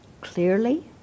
clearly